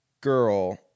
girl